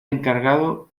encargado